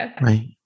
Right